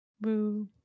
Boo